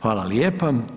Hvala lijepa.